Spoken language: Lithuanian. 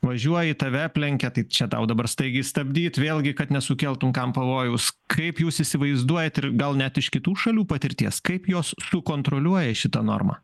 važiuoji tave aplenkia tai čia tau dabar staigiai stabdyt vėlgi kad nesukeltum kam pavojaus kaip jūs įsivaizduojat ir gal net iš kitų šalių patirties kaip jos sukontroliuoja šitą normą